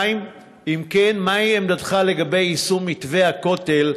אם כן, מהי עמדתך לגבי יישום מתווה הכותל,